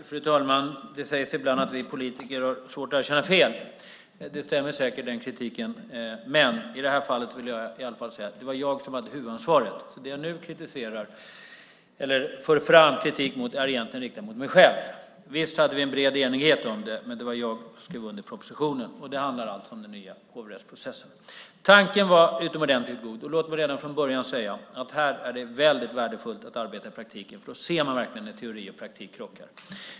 Fru talman! Det sägs ibland att vi politiker har svårt att erkänna fel. Det stämmer säkert, men i det här fallet vill jag i alla fall säga att det var jag som hade huvudansvaret. Den kritik jag nu för fram är alltså egentligen riktad mot mig själv. Visst hade vi en bred enighet, men det var jag som skrev under propositionen. Det handlar alltså om den nya hovrättsprocessen. Tanken var utomordentligt god. Låt mig redan från början säga att här är det värdefullt att arbeta i praktiken, för då ser man verkligen när teori och praktik krockar.